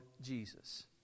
Jesus